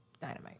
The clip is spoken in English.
Dynamite